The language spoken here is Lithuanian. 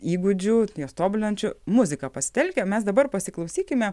įgūdžių jas tobulinančių muziką pasitelkia mes dabar pasiklausykime